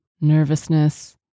nervousness